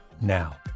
now